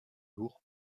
lourd